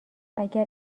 اگه